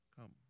Come